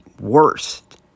worst